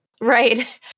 Right